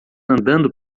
andando